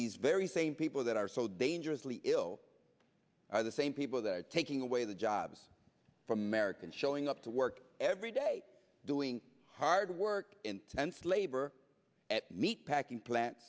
these very same people that are so dangerously ill are the same people that are taking away the jobs from americans showing up to work every day doing hard work intense labor at meat packing plant